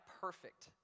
perfect